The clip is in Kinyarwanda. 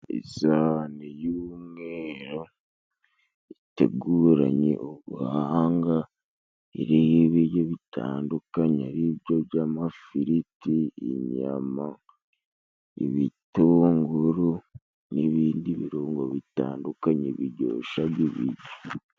Isahani y'umweru iteguranye ubuhanga iriho ibiryo bitandukanye ari byo by'amafiriti, inyama ,ibitunguru n'ibindi birungo bitandukanye biryoshaga ibiryo.